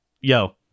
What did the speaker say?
yo